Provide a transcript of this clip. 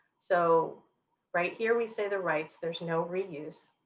so right here we say the rights. there's no reuse.